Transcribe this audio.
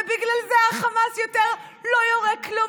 ובגלל זה החמאס יותר לא יורה כלום,